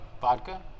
Vodka